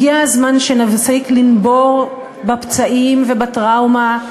הגיע הזמן שנפסיק לנבור בפצעים ובטראומה,